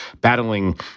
battling